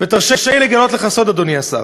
תרשה לי לגלות לך סוד, אדוני השר: